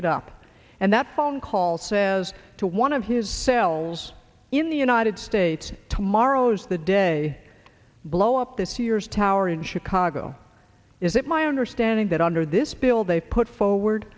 it up and that phone call says to one of his cells in the united states tomorrow's the day blow up this year's tower in chicago is it my understanding that under this bill they put forward